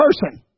person